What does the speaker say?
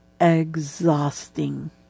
exhausting